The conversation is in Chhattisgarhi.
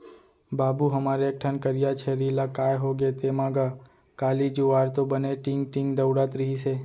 बाबू हमर एक ठन करिया छेरी ला काय होगे तेंमा गा, काली जुवार तो बने टींग टींग दउड़त रिहिस हे